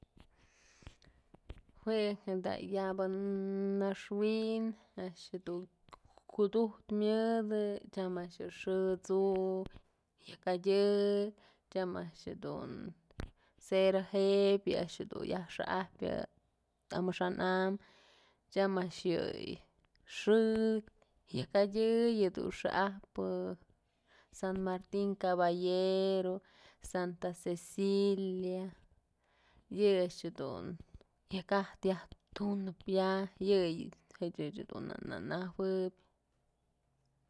Jue da yaba nxwin kudujtë myëde tyam a'ax je'e xë t'su yak jadyë tyam a'ax jedun cera jebyë yë a'ax dun yaj xa'ajpyë amaxan am. tyam a'ax yë xë yak jadyë yëdun xa'ajpë san martin caballero, santa cecilia, yë a'ax jedun xak jatë yay tunëp ya yëyëch ëch dun na najueb.